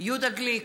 יהודה גליק,